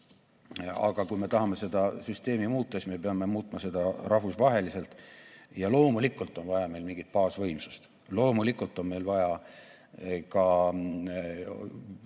Aga kui me tahame seda süsteemi muuta, siis me peame muutma seda rahvusvaheliselt. Loomulikult on meil vaja mingit baasvõimsust. Loomulikult on meil vaja ka